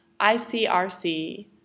icrc